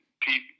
Pete